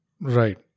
Right